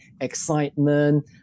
excitement